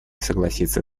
согласиться